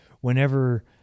whenever